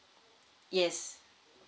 yes